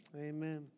Amen